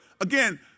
Again